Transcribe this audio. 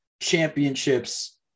championships